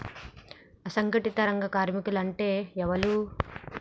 అసంఘటిత రంగ కార్మికులు అంటే ఎవలూ?